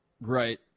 Right